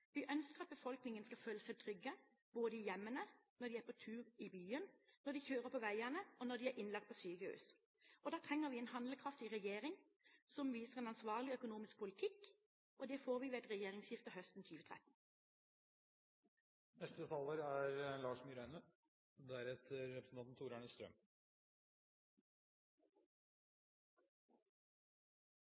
Vi ønsker at befolkningen skal føle seg trygge, både i hjemmene, når de er på tur i byen, når de kjører på veiene og når de er innlagt på sykehus. Da trenger vi en handlekraftig regjering som viser en ansvarlig økonomisk politikk, og det får vi ved et regjeringsskifte høsten 2013. Norge er